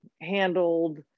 handled